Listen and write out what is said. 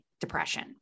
depression